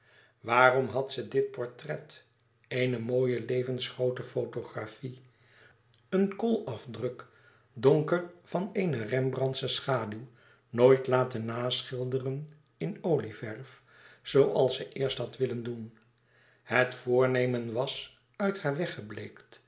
waarom had ze dit portret eene mooie levensgroote fotografie een koolafdruk donker van eene rembrandtsche schaduw nooit laten naschilderen in olieverf zooals ze eerst had louis couperus extaze een boek van geluk willen doen het voornemen was uit haar